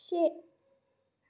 شےٚ